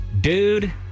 dude